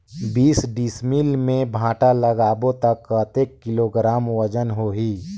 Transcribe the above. बीस डिसमिल मे भांटा लगाबो ता कतेक किलोग्राम वजन होही?